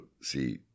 see